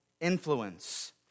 influence